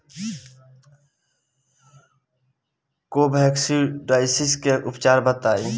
Coccidiosis के उपचार बताई?